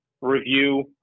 review